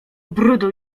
brudu